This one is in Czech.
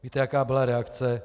Víte, jaká byla reakce?